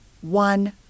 one